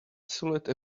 silhouette